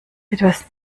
etwas